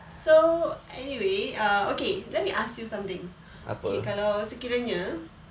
so anyway err okay let me ask you something okay kalau sekiranya